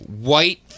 white